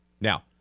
Now